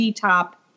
Top